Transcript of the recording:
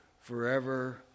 forever